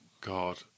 god